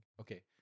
Okay